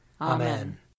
Amen